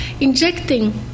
injecting